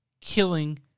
killing